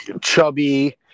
chubby